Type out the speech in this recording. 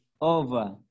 over